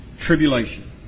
tribulation